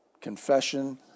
confession